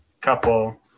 couple